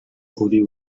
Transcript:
uri